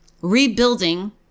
rebuilding